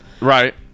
Right